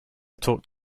talked